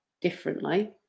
differently